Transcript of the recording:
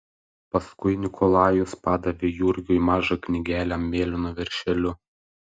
paskui nikolajus padavė jurgiui mažą knygelę mėlynu viršeliu